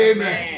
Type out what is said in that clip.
Amen